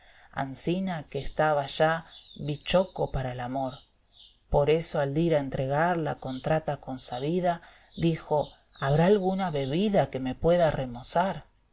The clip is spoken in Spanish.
asina que estaba ya bichoco para el amor por eso al dir a entregar la contrata consabida dijo habrá alguna bebida que me pueda remozar yo